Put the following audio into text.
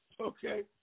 Okay